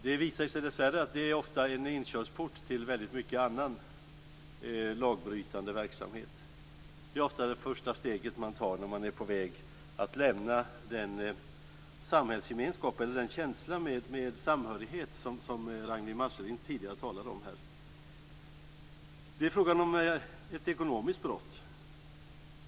Det visar sig dessvärre att klotter ofta är en inkörsport till mycket annan lagbrytande verksamhet. Det är ofta det första steget man tar när man är på väg att lämna den samhällsgemenskap eller den känsla av samhörighet som Ragnwi Marcelind tidigare talade om. Det är fråga om ett ekonomiskt brott.